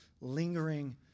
lingering